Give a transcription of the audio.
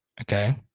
Okay